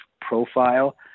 profile